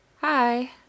Hi